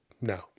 no